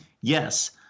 Yes